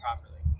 properly